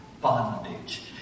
bondage